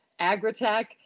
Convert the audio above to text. agritech